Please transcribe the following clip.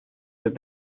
have